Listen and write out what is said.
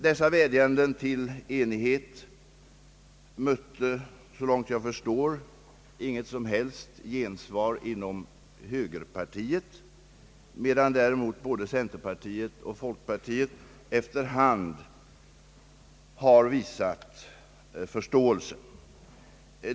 Dessa vädjanden till enighet mötte, så långt jag förstår, inget som helst gensvar inom högerpartiet, medan däremot både centerpartiet och folkpartiet efter hand har visat förståelse.